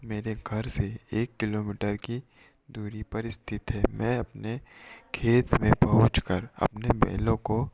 मेरे घर से एक किलोमीटर की दूरी पर स्थित है मैं अपने खेत में पहुँचकर अपने बैलों को